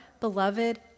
beloved